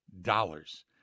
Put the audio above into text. dollars